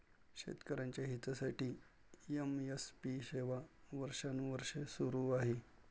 शेतकऱ्यांच्या हितासाठी एम.एस.पी सेवा वर्षानुवर्षे सुरू आहे